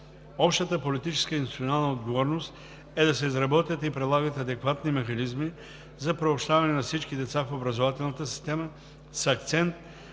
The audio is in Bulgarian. Общата политическа и институционална отговорност е да се изработят и прилагат адекватни механизми за приобщаване на всички деца в образователната система, с акцент